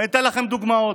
אתן לכם דוגמאות: